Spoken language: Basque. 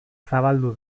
zabaldu